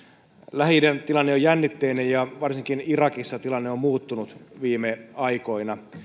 lähi idän tilanne on jännitteinen ja varsinkin irakissa tilanne on muuttunut viime aikoina